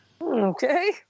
Okay